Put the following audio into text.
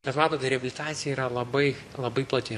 bet matot reabilitacija yra labai labai plati